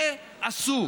זה אסור.